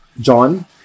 John